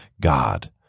God